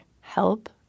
help